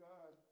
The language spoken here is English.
God